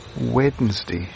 Wednesday